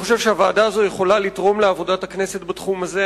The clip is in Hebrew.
אני חושב שהוועדה הזאת יכולה לתרום לעבודת הכנסת בתחום הזה.